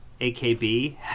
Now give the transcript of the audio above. AKB